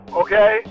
okay